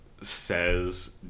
says